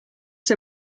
see